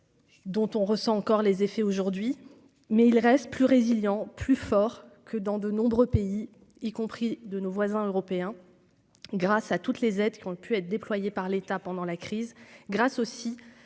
Dont on ressent encore les effets aujourd'hui mais il reste plus résiliant plus fort que dans de nombreux pays, y compris de nos voisins européens, grâce à toutes les aides qui ont pu être déployés par l'État pendant la crise grâce aussi